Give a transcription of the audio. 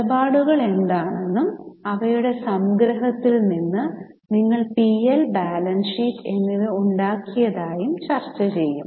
ഇടപാടുകൾ എന്താണെന്നും അവയുടെ സംഗ്രഹത്തിൽ നിന്ന് നിങ്ങൾ പി എൽ ബാലൻസ് ഷീറ്റ് എന്നിവ ഉണ്ടാക്കിയതായും ചർച്ച ചെയ്യും